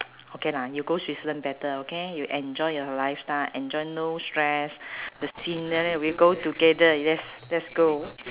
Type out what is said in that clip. okay lah you go switzerland better okay you enjoy your lifestyle enjoy no stress the scenery we go together yes let's go